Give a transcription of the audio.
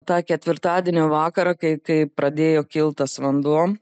tą ketvirtadienio vakarą kai kai pradėjo kilt tas vanduo